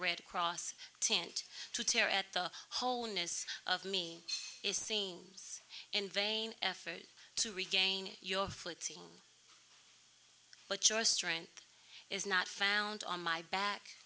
red cross tent to tear at the whole ness of me is seems and vain effort to regain your footing but your strength is not found on my back